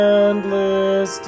endless